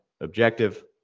objective